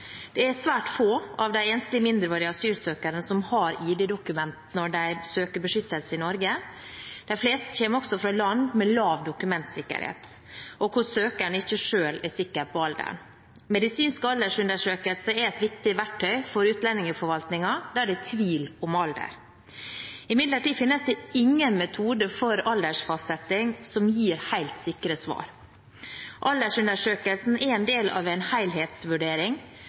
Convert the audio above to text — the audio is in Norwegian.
Det er svært få av de enslige mindreårige asylsøkerne som har ID-dokumenter når de søker beskyttelse i Norge. De fleste kommer også fra land med lav dokumentsikkerhet og hvor søkeren ikke selv er sikker på alderen. Medisinske aldersundersøkelser er et viktig verktøy for utlendingsforvaltningen der det er tvil om alder. Imidlertid finnes det ingen metode for aldersfastsetting som gir helt sikre svar. Aldersundersøkelsen er en del av en helhetsvurdering,